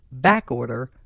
backorder